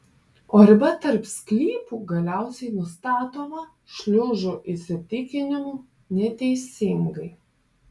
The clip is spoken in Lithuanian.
o riba tarp sklypų galiausiai nustatoma šliužų įsitikinimu neteisingai